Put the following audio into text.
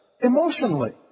emotionally